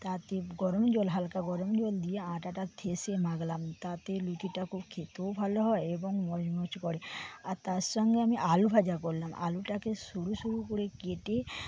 তাতে গরম জল হালকা গরম জল দিয়ে আটাটা ঠেসে মাখলাম তাতে লুচিটা খুব খেতেও ভালো হয় এবং মচমচ করে আর তার সঙ্গে আমি আলুভাজা করলাম আলুটাকে সরু সরু করে কেটে